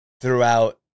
throughout